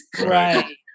Right